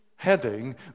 heading